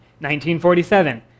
1947